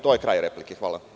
To je kraj replike.